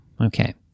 Okay